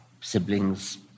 siblings